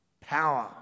power